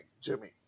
Jimmy